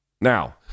Now